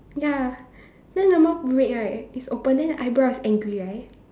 ya then the mouth red right is open then the eyebrow is angry right